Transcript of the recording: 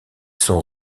sont